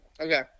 okay